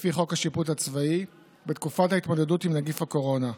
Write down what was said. לפי חוק השיפוט הצבאי בתקופת ההתמודדות עם נגיף הקורונה,